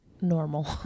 normal